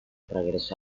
regresó